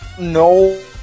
no